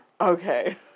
Okay